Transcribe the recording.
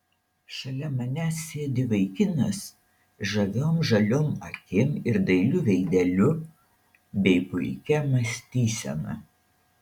šalia manęs sėdi vaikinas žaviom žaliom akim ir dailiu veideliu bei puikia mąstysena